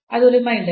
ಅದು ರಿಮೈಂಡರ್